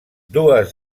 dues